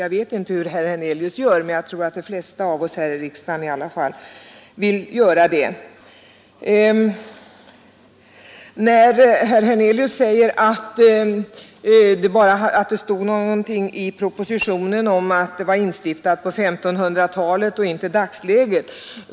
Jag vet inte hur herr Hernelius gör, men jag tror de flesta av oss här i riksdagen vill känna sig som representanter för svenska folket. Herr Hernelius säger att det stod någonting i propositionen om att ordensväsendet var instiftat på 1500-talet och inte i dagsläget.